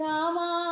Rama